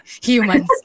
humans